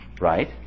Right